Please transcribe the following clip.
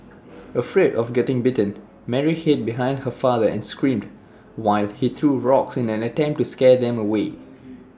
afraid of getting bitten Mary hid behind her father and screamed while he threw rocks in an attempt to scare them away